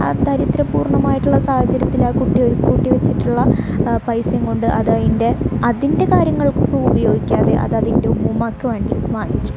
ആ ദരിദ്ര പൂർണ്ണമായിട്ടുള്ള സാഹചര്യത്തിൽ ആ കുട്ടി ഒരുക്കൂട്ടി വെച്ചിട്ടുള്ള പൈസയും കൊണ്ട് അതതിൻറ്റെ കാര്യങ്ങൾക്കു കൂടി ഉപയോഗിക്കാതെ അതതിൻറ്റെ ഉമ്മൂമ്മാക്ക് വേണ്ടി വാങ്ങിച്ചു